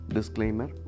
Disclaimer